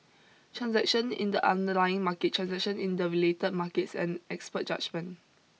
transaction in the underlying market transaction in the related markets and expert judgement